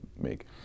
make